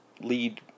lead